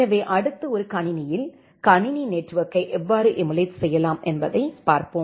எனவே அடுத்து ஒரு கணினியில் கணினி நெட்வொர்க்கை எவ்வாறு எமுலேட் செய்யலாம் என்பதைப் பார்ப்போம்